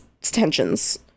tensions